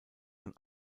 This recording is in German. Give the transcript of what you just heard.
von